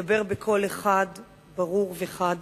שידבר בקול אחד ברור וחד,